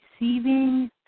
receiving